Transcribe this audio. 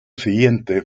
siguiente